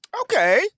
Okay